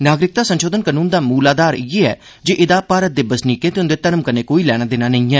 नागरिकता संशोधन कानून दा मूल आघार इयै ऐ जे एहदा भारत दे बसनीकें ते उंदे धर्म कन्नै कोई लैना देना नेई ऐ